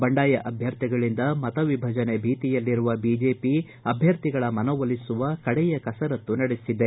ಬಂಡಾಯ ಅಭ್ವರ್ಥಿಗಳಿಂದ ಮತ ವಿಭಜನೆ ಭೀತಿಯಲ್ಲಿರುವ ಬಿಜೆಪಿ ಅಭ್ವರ್ಥಿಗಳ ಮನವೊಲಿಸುವ ಕಡೆಯ ಕಸರತ್ತು ನಡೆಸಿದೆ